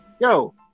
Yo